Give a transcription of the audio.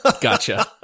Gotcha